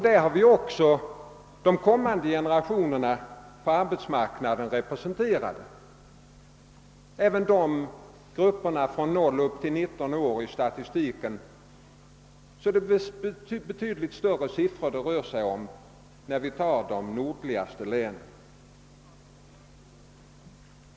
Där finns också de kommande generationerna på arbetsmarknaden — även för grupperna 0—19 år är siffrorna enligt statistiken betydligt högre i de nordligaste länen.